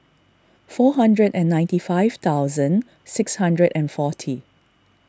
four hundred and ninety five thousand six hundred and forty